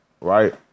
right